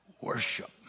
worship